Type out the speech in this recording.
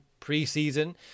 preseason